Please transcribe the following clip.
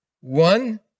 One